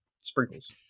sprinkles